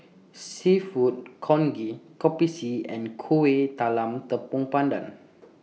Seafood Congee Kopi C and Kueh Talam Tepong Pandan